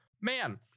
Man